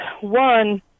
One